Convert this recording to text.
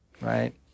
right